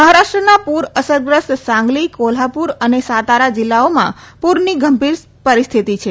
મહારાષ્ટ્રના પૂર અસરગ્રસ્ત સાંગલી કોલ્હાપુર અને સાતારા જિલ્લાઓમાં પૂરની ગંભીર પરિહ્ય્થતિ છે